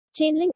Chainlink